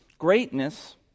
Greatness